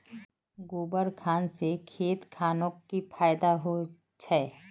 गोबर खान से खेत खानोक की फायदा होछै?